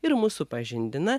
ir mus supažindina